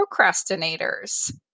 procrastinators